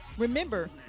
Remember